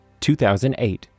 2008